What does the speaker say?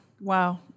Wow